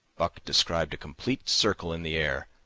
buck described a complete circle in the air,